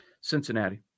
Cincinnati